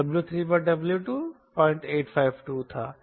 और W3W2 0852 था